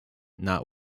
not